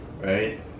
Right